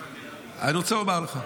אני רוצה לומר לך.